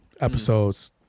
episodes